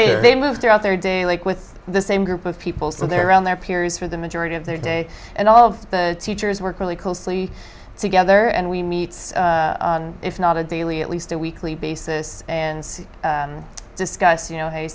they move throughout their day like with the same group of people so they're around their peers for the majority of their day and all of the teachers work really closely together and we meet if not a daily at least a weekly basis and discuss